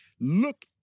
look